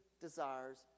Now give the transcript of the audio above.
desires